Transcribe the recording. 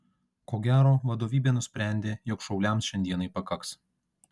ko gero vadovybė nusprendė jog šauliams šiandienai pakaks